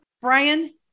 Brian